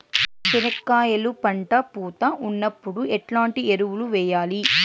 చెనక్కాయలు పంట పూత ఉన్నప్పుడు ఎట్లాంటి ఎరువులు వేయలి?